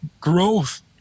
growth